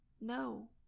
No